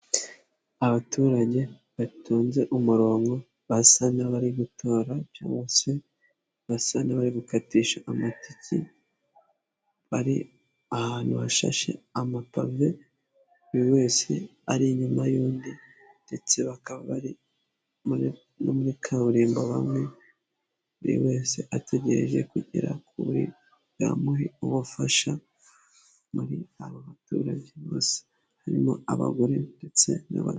Abaturage batonze umurongo basa n'abari gutora cyangwa se basa n'abari gukatisha amatike bari ahantu hashashe amapafe buri wese ari inyuma y'undi ndetse bakaba ari muri kaburimbo bamwe ,buri wese ategereje kugera kuri uriya ubafasha muri aba baturage bose harimo abagore ndetse n'abagabo.